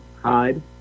hide